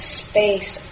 space